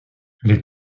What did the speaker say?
les